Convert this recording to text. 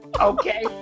Okay